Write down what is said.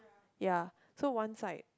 ya so one side